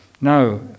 No